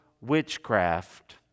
witchcraft